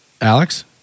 Alex